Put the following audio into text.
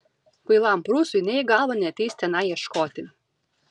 kvailam prūsui nė į galvą neateis tenai ieškoti